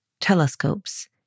telescopes